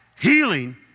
Healing